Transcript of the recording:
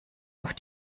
auf